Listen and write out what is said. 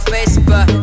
Facebook